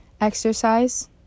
exercise